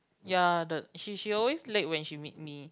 ya the she she always late when she meet me